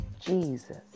Jesus